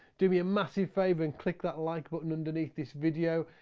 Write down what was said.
do me a massive favor and click that like button underneath this video.